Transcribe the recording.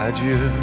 Adieu